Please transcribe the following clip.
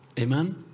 Amen